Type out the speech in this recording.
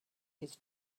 his